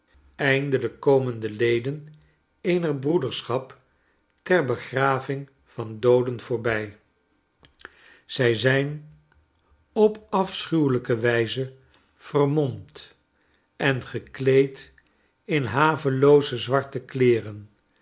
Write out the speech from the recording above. eindelijk komen de leden eener broederschap ter begraving van dooden voorbij een vluchtig diorama zij zijn op afschuwelijke wijze vermomd en gekleed in havelooze zwarte kleeren